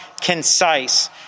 concise